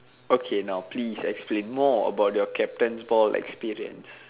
okay now please explain more about your captain's ball experience